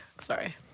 Sorry